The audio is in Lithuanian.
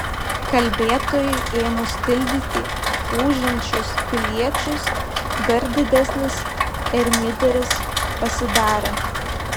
kalbėtojui ėmus tildyti ūžiančius piliečius dar didesnis ermyderis pasidarė